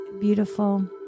beautiful